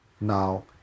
Now